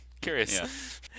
curious